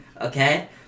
okay